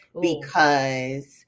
because-